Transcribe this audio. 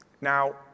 Now